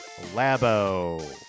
Labo